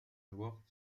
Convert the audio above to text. الوقت